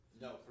No